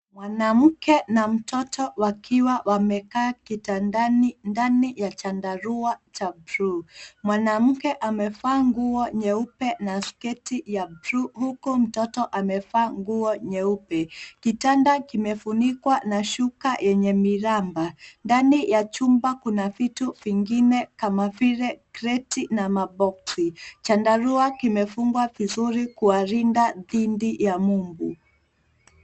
Mwanamke na mtoto wakiwa wamekaa kitandani ndani ya chandarua cha bluu. Mwanamke amevaa nguo nyeupe na sketi ya bluu huku mtoto amevaa nguo nyeupe. Kitanda kimefunikwa na shuka yenye miraba . Ndani ya chumba kuna vitu vingine kama vile kreti na maboksi. Chandarua kimefungwa vizuri kuwalinda dhidi ya mbu.